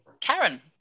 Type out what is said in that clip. Karen